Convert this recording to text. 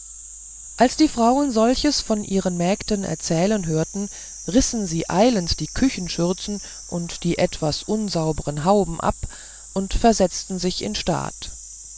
als die frauen solches von ihren mägden erzählen hörten rissen sie eilends die küchenschürzen und die etwas unsauberen hauben ab und versetzten sich in staat